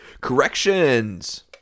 Corrections